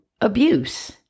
abuse